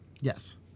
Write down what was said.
Yes